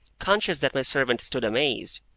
conscious that my servant stood amazed,